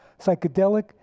psychedelic